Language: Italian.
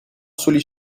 soli